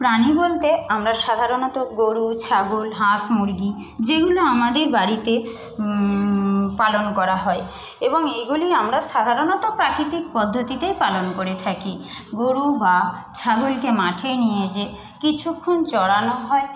প্রাণী বলতে আমরা সাধারণত গরু ছাগল হাঁস মুরগি যেগুলো আমাদের বাড়িতে পালন করা হয় এবং এগুলি আমরা সাধারণত প্রাকৃতিক পদ্ধতিতেই পালন করে থাকি গরু বা ছাগলকে মাঠে নিয়ে যেয়ে কিছুক্ষণ চরানো হয়